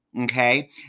Okay